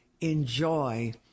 enjoy